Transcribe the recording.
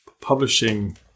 publishing